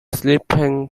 sleeping